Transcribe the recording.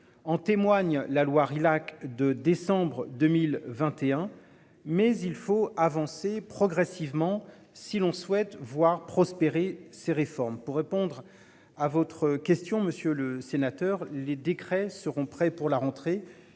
En témoigne la Loire Illac de décembre 2021. Mais il faut avancer progressivement. Si l'on souhaite voir prospérer ces réformes pour répondre à votre question monsieur le sénateur, les décrets seront prêts pour la rentrée.